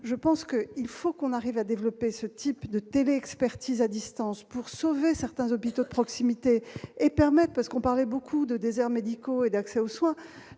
je pense que il faut qu'on arrive à développer ce type de télé-expertise à distance pour sauver certains hôpitaux de proximité et permettent, parce qu'on parlait beaucoup de déserts médicaux et d'accès aux soins,